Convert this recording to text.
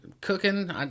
cooking